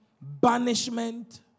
banishment-